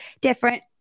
different